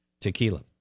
tequila